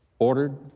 ordered